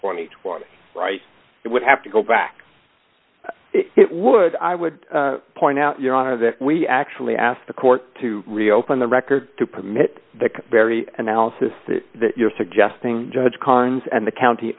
and four right it would have to go back it would i would point out your honor that we actually asked the court to reopen the record to permit the very analysis that you're suggesting judge cons and the county